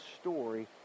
story